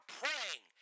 praying